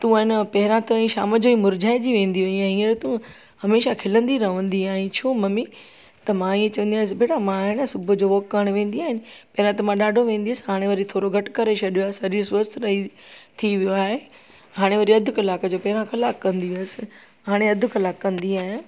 तूं आहे न पहिरां ताईं शाम जो मुर्झाए जी वेंदी हुई हींअर तूं हमेशह खिलंदी रहंदी आहीं छो मम्मी त मां इअं चवंदी आहे बेटा मां आइन न सुबुह जो वॉक करण वेंदी आहियां न पहिरां त ॾाढो वेंदी हुअसि हाणे वरी थोरो घटि करे छॾियो आहे सरीरु स्वस्थ रई थी वियो आहे हाणे वरी अधु कलाक जो पहिरां कलाकु कंदी हुअसि हाणे अधु कलाकु कंदी आहियां